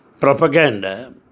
propaganda